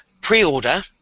pre-order